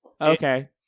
Okay